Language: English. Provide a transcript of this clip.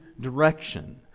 direction